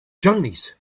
journeys